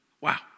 Wow